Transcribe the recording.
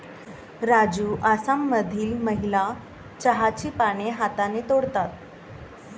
राजू आसाममधील महिला चहाची पाने हाताने तोडतात